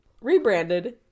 Rebranded